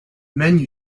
menu